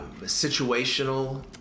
situational